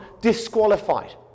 disqualified